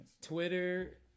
Twitter